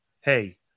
hey